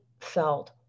felt